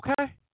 okay